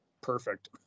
perfect